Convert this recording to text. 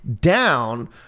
down